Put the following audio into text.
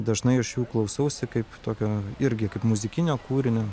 dažnai aš jų klausausi kaip tokio irgi kaip muzikinio kūrinio